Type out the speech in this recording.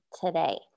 today